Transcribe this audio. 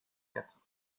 quatre